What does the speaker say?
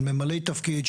של ממלאי תפקיד,